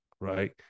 right